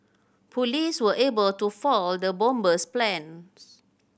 police were able to foil the bomber's plans